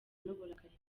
n’uburakari